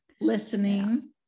listening